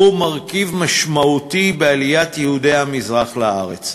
מרכיב משמעותי בעליית יהודי המזרח לארץ.